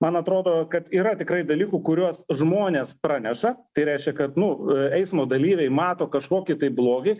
man atrodo kad yra tikrai dalykų kuriuos žmonės praneša tai reiškia kad nu eismo dalyviai mato kažkokį tai blogį